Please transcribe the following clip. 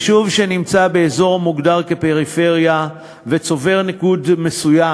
יישוב שנמצא באזור המוגדר כפריפריה וצובר ניקוד מסוים,